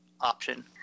option